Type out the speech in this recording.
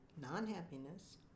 non-happiness